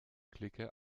klicke